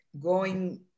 going-